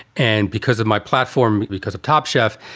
and because of my platform, because of top chef,